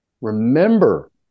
remember